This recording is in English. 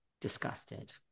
Disgusted